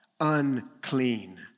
Unclean